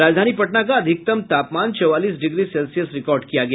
राजधानी पटना का अधिकतम तापमान चौवालीस डिग्री सेल्सियस रिकॉर्ड किया गया